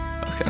Okay